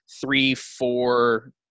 three-four